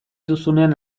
duzunean